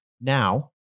now